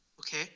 Okay